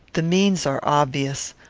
the means are obvious.